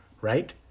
right